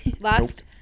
Last